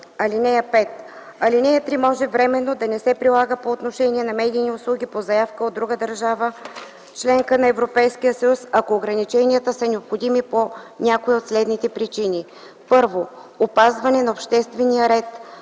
(5) Алинея 3 може временно да не се прилага по отношение на медийни услуги по заявка от друга държава – членка на Европейския съюз, ако ограниченията са необходими по някоя от следните причини: 1. опазване на обществения ред,